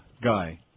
guy